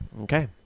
Okay